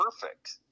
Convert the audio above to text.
perfect